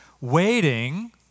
waiting